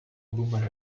boomerang